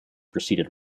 proceeded